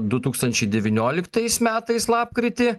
du tūkstančiai devynioliktais metais lapkritį